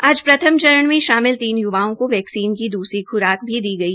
आज प्रथम चरण में शामिल तीन युवकों को वैक्सीन की दूसरी खुराक दी गई